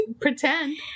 pretend